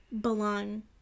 belong